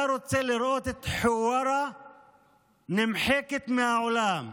רוצה לראות את חווארה נמחקת מהעולם.